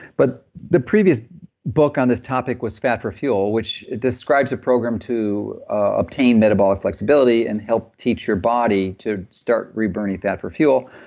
but the previous book on this topic was fat for fuel, which describes a program to obtain metabolic flexibility and help teach your body to start re-burning fat for fuel.